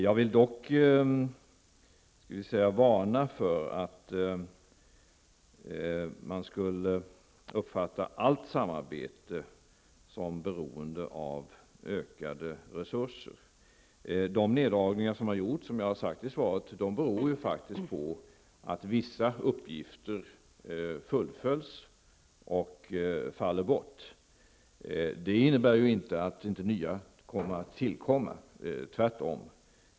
Jag vill dock varna för att man skall uppfatta allt samarbete som beroende av ökade resurser. De neddragningar som har gjorts, och som jag nämnde i svaret, beror faktiskt på att vissa uppgifter fullföljts och därmed faller bort. Detta innebär ju inte att inte nya uppgifter kommer till, tvärtom.